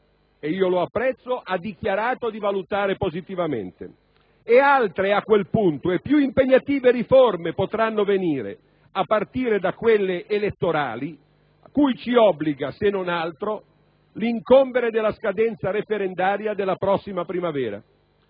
e io lo apprezzo, ha dichiarato di valutare positivamente. E altre, a quel punto, e più impegnative riforme potranno venire, a partire da quelle elettorali cui ci obbliga, se non altro, l'incombere della scadenza referendaria della prossima primavera,